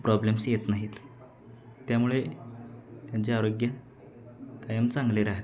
problems येत नाहीत त्यामुळे त्यांचे आरोग्य कायम चांगले राहते